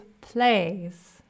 plays